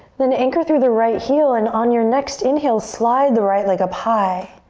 then anchor through the right heel and on your next inhale, slide the right leg up high.